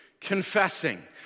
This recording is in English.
confessing